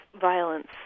violence